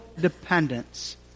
dependence